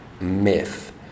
myth